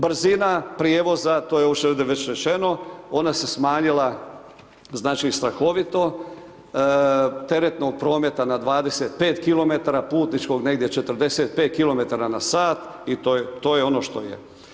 Brzina prijevoza to je ovdje već rečeno ona se smanjila znači strahovito teretnog prometa na 25km, putničkog negdje 45km na sat i to je ono što je.